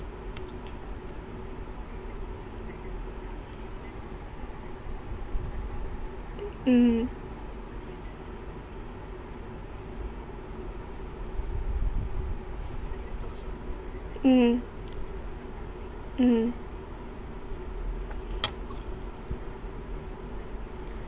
mm mmhmm mmhmm